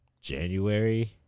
January